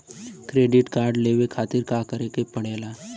Credit card लेवे खातिर का करे के पड़ेला?